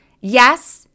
Yes